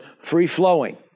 free-flowing